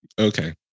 Okay